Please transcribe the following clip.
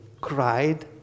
cried